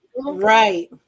right